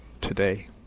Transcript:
today